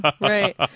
Right